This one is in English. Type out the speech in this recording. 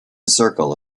circle